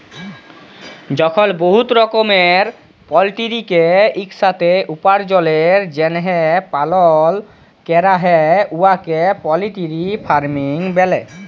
যখল বহুত রকমের পলটিরিকে ইকসাথে উপার্জলের জ্যনহে পালল ক্যরা হ্যয় উয়াকে পলটিরি ফার্মিং ব্যলে